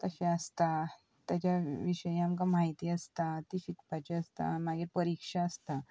तशें आसता तेच्या विशयी आमकां म्हायती आसता ती शिकपाची आसता मागीर परिक्षा आसता